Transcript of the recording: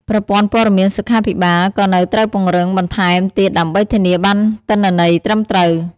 ប្រព័ន្ធព័ត៌មានសុខាភិបាលក៏នៅត្រូវពង្រឹងបន្ថែមទៀតដើម្បីធានាបានទិន្នន័យត្រឹមត្រូវ។